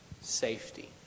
safety